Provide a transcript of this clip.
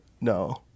no